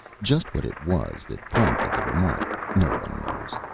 just what it was that prompted the remark no one knows,